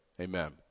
Amen